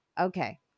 okay